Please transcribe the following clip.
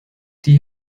die